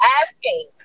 asking